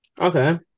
Okay